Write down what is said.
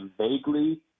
vaguely